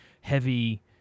heavy